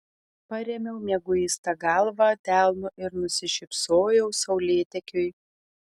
parėmiau mieguistą galvą delnu ir nusišypsojau saulėtekiui